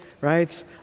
right